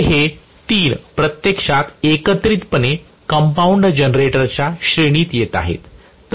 तर हे 3 प्रत्यक्षात एकत्रितपणे कंपाऊंड जनरेटरच्या श्रेणीत येत आहेत